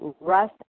Russ